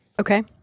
Okay